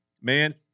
man